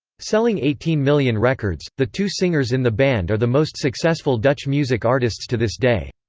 selling eighteen million records, the two singers in the band are the most successful dutch music artists to this day.